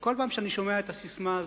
וכל פעם שאני שומע את הססמה הזאת,